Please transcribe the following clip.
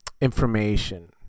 information